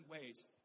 ways